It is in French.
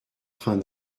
train